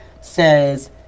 says